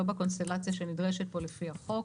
לא בקונסטלציה שנדרשת כאן לפי החוק.